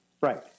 Right